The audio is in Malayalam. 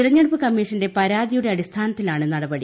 തിരഞ്ഞെടുപ്പ് കമ്മീഷന്റെ പരാതിയുടെ അടിസ്ഥാനത്തിലാണ് നടപടി